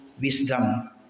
wisdom